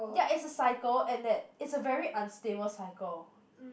ya it's a cycle and that it's a very unstable cycle